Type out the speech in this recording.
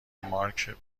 مارک